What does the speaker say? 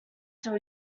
still